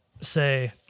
say